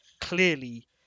clearly